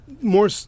more